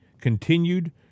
continued